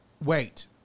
wait